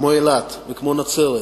כמו אילת וכמו נצרת,